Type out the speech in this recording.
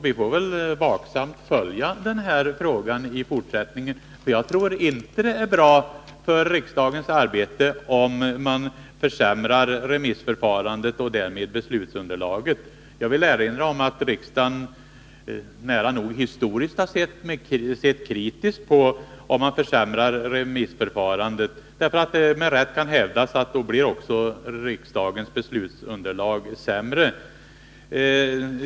Vi får väl vaksamt följa den här frågan i fortsättningen, för jag tror inte att det är bra för riksdagens arbete om man försämrar remissförfarandet och därmed beslutsunderlaget. Jag vill erinra om att riksdagen nära nog historiskt har sett kritiskt på om remissförfarandet försämrats, därför att det med rätta kan hävdas att då blir också riksdagens beslutsunderlag sämre.